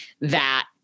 that-